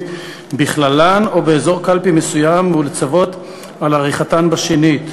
בכללן או באזור קלפי מסוים ולצוות על עריכתן בשנית.